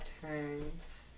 turns